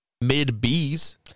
mid-Bs